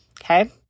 okay